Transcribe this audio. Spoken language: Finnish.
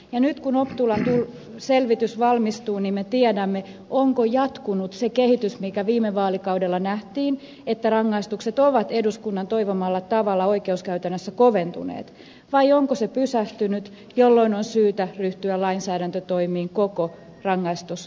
ja nyt kun optulan selvitys valmistuu me tiedämme onko jatkunut se kehitys mikä viime vaalikaudella nähtiin että rangaistukset ovat eduskunnan toivomalla tavalla oikeuskäytännössä koventuneet vai onko se pysähtynyt jolloin on syytä ryhtyä lainsäädäntötoimiin koko rangaistuskentässä